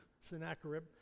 Sennacherib